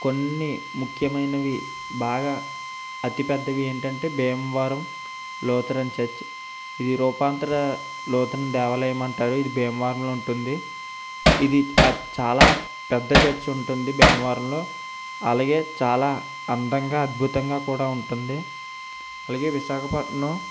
కొన్ని ముఖ్యమైనవి బాగా అతిపెద్దవి ఏంటంటే భీమవరం లూదరన్ చర్చ్ ఇది నిరూపారంతర లూతరన్ దేవాలయం అంటారు ఇది భీమవరంలో ఉంటుంది ఇది చాలా పెద్ద చర్చి ఉంటుంది భీమవరంలో అలాగే చాలా అందంగా అద్భుతంగా కూడా ఉంటుంది అలాగే విశాఖపట్నం